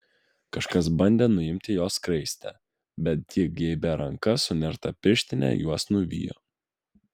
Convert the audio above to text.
kažkas bandė nuimti jos skraistę bet ji geibia ranka su nerta pirštine juos nuvijo